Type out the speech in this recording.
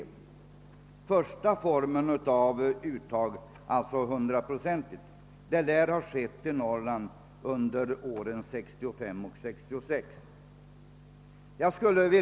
Den förstnämnda formen av uttag, alltså 100-procentigt sådant, lär ha tillämpats under åren 1965 och 1966.